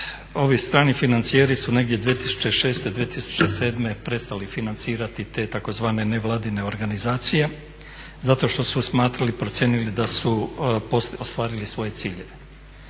ovi strani financijeri su negdje 2006., 2007. prestali financirati te tzv. nevladine organizacije zato što su smatrali, procijenili da su ostvarili svoje ciljeve.